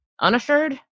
Unassured